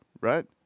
right